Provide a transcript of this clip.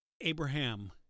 Abraham